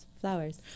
flowers